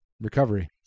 Recovery